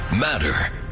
matter